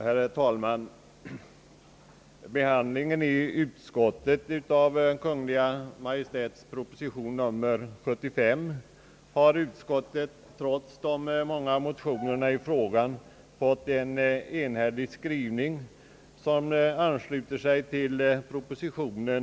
Herr talman! Behandlingen i utskottet av Kungl. Maj:ts proposition nr 75 har, trots de många motionerna i frågan, utmynnat i en enhällig skrivning som ansluter sig till propositionen.